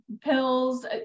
pills